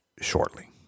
shortly